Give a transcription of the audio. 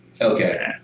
Okay